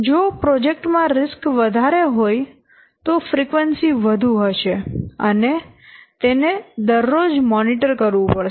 જો પ્રોજેક્ટ માં રિસ્ક વધારે હોય તો ફ્રીક્વન્સી વધુ હશે અને તેને દરરોજ મોનીટર કરવું પડશે